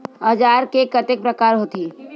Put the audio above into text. औजार के कतेक प्रकार होथे?